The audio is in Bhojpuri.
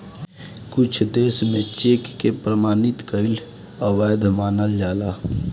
कुछ देस में चेक के प्रमाणित कईल अवैध मानल जाला